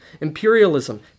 Imperialism